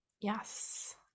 Yes